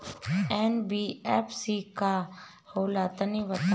NBFC का होला तनि बताई?